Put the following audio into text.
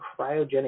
cryogenic